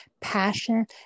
passion